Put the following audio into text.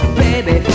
baby